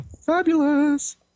Fabulous